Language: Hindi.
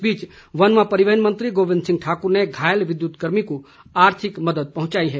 इस बीच वन व परिवहन मंत्री गोविंद सिंह ठाकुर ने घायल विद्युत कर्मी को आर्थिक मदद पहुंचाई है